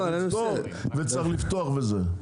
צריך לסגור וצריך לפתוח וזה.